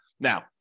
Now